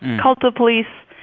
called the police,